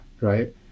right